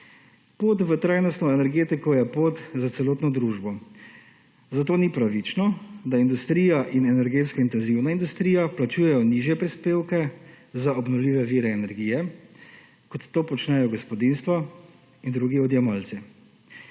Pot v trajnostno energetiko je pot za celotno družbo, zato ni pravično, da industrija in energetsko intenzivna industrija plačujejo nižje prispevke za obnovljive vire energije, kot to počnejo gospodinjstva in drugi odjemalci.